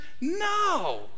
No